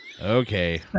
Okay